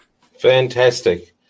Fantastic